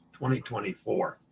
2024